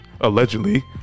allegedly